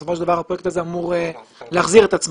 בסופו של דבר הפרויקט הזה אמור להחזיר את עצמו.